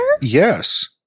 yes